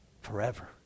Forever